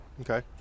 okay